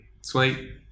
sweet